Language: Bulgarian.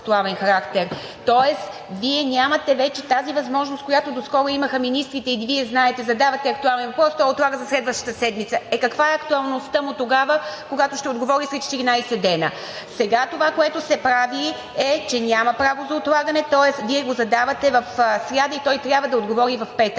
тоест Вие нямате вече тази възможност, която доскоро имаха министрите, и Вие знаете: задавате актуален въпрос, той отлага за следващата седмица. Каква е актуалността му тогава, когато ще отговори след 14 дни? Сега това, което се прави, е, че няма право на отлагане, тоест Вие го задавате в сряда и той трябва да отговори в петък.